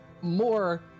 more